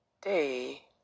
day